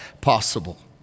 possible